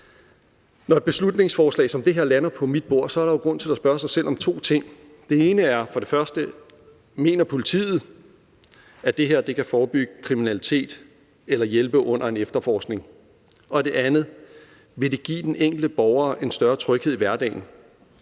Når et beslutningsforslag som det her lander på mit bord, er der jo grund til at spørge sig selv om to ting. Den ene er: Mener politiet, at det her kan forebygge kriminalitet eller hjælpe under en efterforskning? Den anden er: Vil det give den enkelte borger en større tryghed i hverdagen?